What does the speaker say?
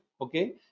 Okay